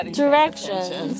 directions